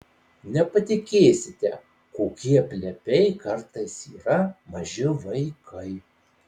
nepatikėsite kokie plepiai kartais yra maži vaikai